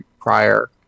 prior